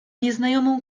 nieznajomą